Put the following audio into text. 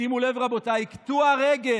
שימו לב, רבותיי, קטוע רגל,